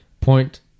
point